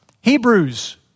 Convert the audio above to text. Hebrews